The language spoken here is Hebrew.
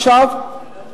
עכשיו,